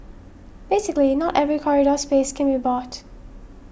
basically not every corridor space can be bought